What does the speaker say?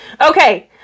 Okay